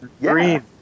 Green